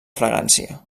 fragància